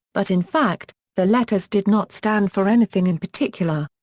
but in fact, the letters did not stand for anything in particular.